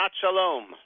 Shalom